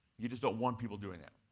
you just don't want people doing that.